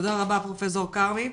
תודה רבה, פרופ' כרמי.